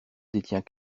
détient